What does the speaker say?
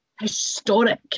historic